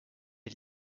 est